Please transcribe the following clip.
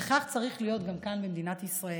וכך צריך להיות גם כאן, במדינת ישראל.